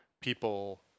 people